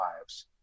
lives